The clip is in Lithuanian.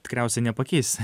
tikriausiai nepakeis